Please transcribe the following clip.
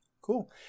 Cool